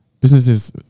Businesses